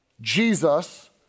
Jesus